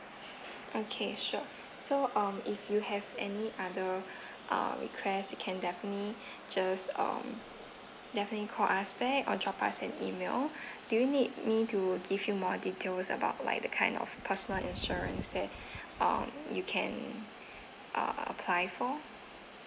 okay sure so um if you have any other uh request you can definitely just um definitely call us back or drop us an email do you need me to give you more details about like the kind of personal insurance that um you can uh apply for